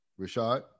Rashad